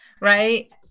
right